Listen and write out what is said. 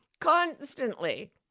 Constantly